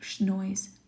noise